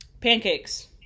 Pancakes